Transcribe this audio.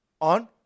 on